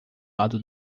lado